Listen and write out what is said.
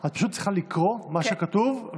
את פשוט צריכה לקרוא מה שכתוב,